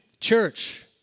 church